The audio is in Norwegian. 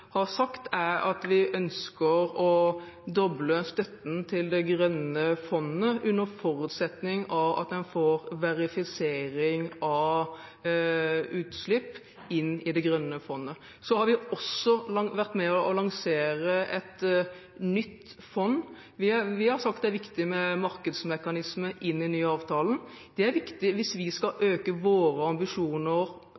har sagt, er at vi ønsker å doble støtten til det grønne fondet, under forutsetning av at en får verifisering av utslipp inn i det grønne fondet. Så har vi også vært med på å lansere et nytt fond. Vi har sagt at det er viktig med markedsmekanismer inn i den nye avtalen. Det er viktig hvis vi skal øke våre ambisjoner